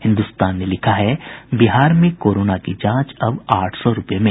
हिन्दुस्तान ने लिखा है बिहार में कोरोना की जांच अब आठ सौ रूपये में